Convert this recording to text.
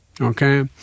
Okay